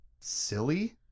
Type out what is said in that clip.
silly